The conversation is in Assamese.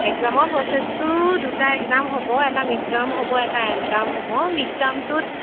একজামৰ প্ৰচেছটো দুটা একজাম হ'ব এটা মিড ট্ৰাম হ'ব এটা এণ্ড ট্ৰাম হ'ব মিড ট্ৰামটোত